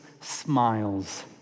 smiles